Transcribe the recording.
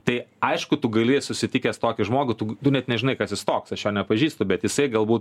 tai aišku tu gali susitikęs tokį žmogų tu net nežinai kas jis toks aš jo nepažįstu bet jisai galbūt